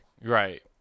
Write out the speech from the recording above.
right